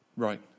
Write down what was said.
Right